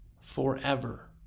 forever